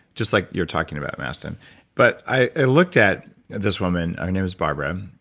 just like you're talking about, mastin but i looked at this woman, her name is barbara,